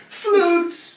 flutes